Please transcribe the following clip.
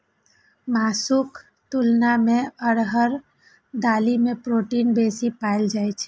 मासुक तुलना मे अरहर दालि मे प्रोटीन बेसी पाएल जाइ छै